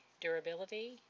durability